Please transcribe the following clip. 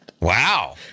Wow